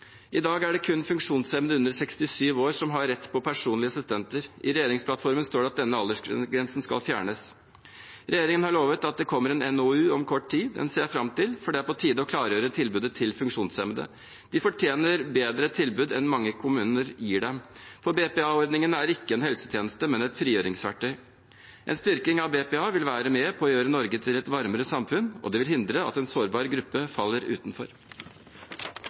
I dag er det kun funksjonshemmede under 67 år som har rett til personlige assistenter. I regjeringsplattformen står det at denne aldersgrensen skal fjernes. Regjeringen har lovet at det kommer en NOU om kort tid. Den ser jeg fram til, for det er på tide å klargjøre tilbudet til funksjonshemmede. De fortjener et bedre tilbud enn mange kommuner gir dem, for BPA-ordningen er ikke en helsetjeneste, men et frigjøringsverktøy. En styrking av BPA vil være med på å gjøre Norge til et varmere samfunn, og det vil hindre at en sårbar gruppe faller utenfor.